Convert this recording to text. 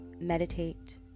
meditate